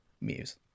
muse